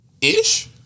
Ish